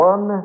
One